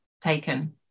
taken